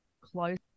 close